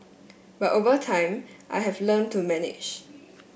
but over time I have learnt to manage